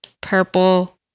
purple